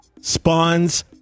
spawns